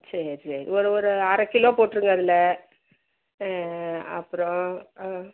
சரி சரி ஒரு ஒரு அரை கிலோ போட்டிருங்க அதில் அப்புறம் ஆ ஆ